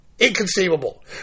Inconceivable